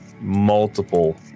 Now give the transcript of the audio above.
multiple